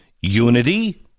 unity